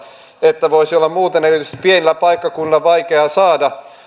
että voisi olla muuten erityisesti pienillä paikkakunnilla vaikeaa saada